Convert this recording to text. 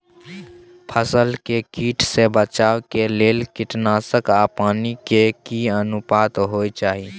फसल के कीट से बचाव के लेल कीटनासक आ पानी के की अनुपात होय चाही?